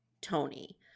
Tony